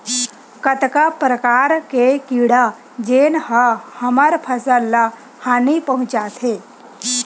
कतका प्रकार के कीड़ा जेन ह हमर फसल ल हानि पहुंचाथे?